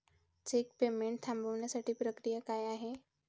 Check payment थांबवण्याची प्रक्रिया काय आहे?